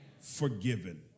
forgiven